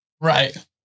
Right